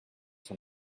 sur